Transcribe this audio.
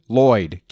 lloyd